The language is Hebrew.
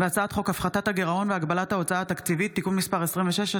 הצעת חוק הפחתת הגירעון והגבלת ההוצאה התקציבית (תיקון מס' 26),